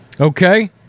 Okay